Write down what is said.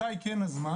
מתי כן הזמן?